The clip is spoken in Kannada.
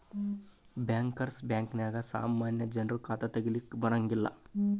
ಬ್ಯಾಂಕರ್ಸ್ ಬ್ಯಾಂಕ ನ್ಯಾಗ ಸಾಮಾನ್ಯ ಜನ್ರು ಖಾತಾ ತಗಿಲಿಕ್ಕೆ ಬರಂಗಿಲ್ಲಾ